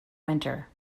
winter